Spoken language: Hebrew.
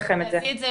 העובדת.